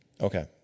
Okay